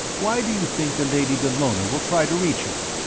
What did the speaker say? why do you think the lady dallona will try to reach you?